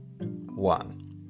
one